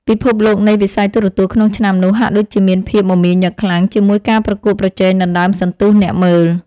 ពិភពលោកនៃវិស័យទូរទស្សន៍ក្នុងឆ្នាំនោះហាក់ដូចជាមានភាពមមាញឹកខ្លាំងជាមួយការប្រកួតប្រជែងដណ្តើមសន្ទុះអ្នកមើល។